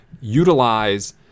utilize